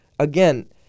again